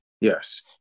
Yes